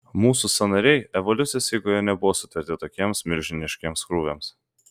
mūsų sąnariai evoliucijos eigoje nebuvo sutverti tokiems milžiniškiems krūviams